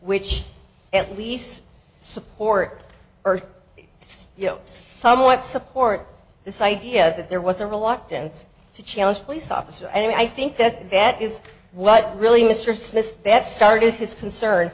which at least support or it's you know somewhat support this idea that there was a reluctance to challenge police officer and i think that that is what really mr smith that started his concern